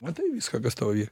matai viską kas tau y